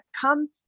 come